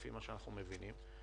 לפי מה שאנחנו מבינים.